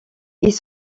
ils